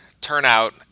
turnout